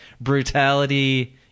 brutality